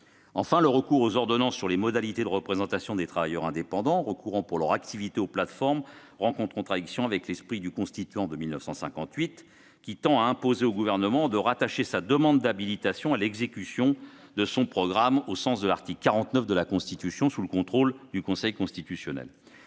Enfin, le recours aux ordonnances sur les modalités de représentation des travailleurs indépendants recourant pour leur activité aux plateformes est contraire à l'esprit du Constituant de 1958 : le Gouvernement doit rattacher sa demande d'habilitation à l'exécution de son programme, au sens de l'article 49 de la Constitution, sous le contrôle du Conseil constitutionnel.